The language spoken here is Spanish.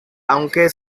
aunque